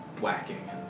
whacking